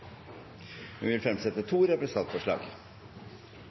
vi vil